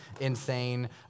insane